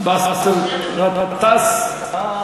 באסל גטאס.